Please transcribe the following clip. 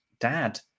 Dad